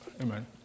Amen